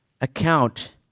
account